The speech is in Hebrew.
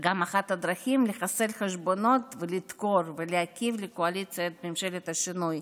וגם אחת הדרכים לחסל חשבונות ולדקור ולהכאיב לקואליציה של ממשלת השינוי